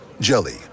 Jelly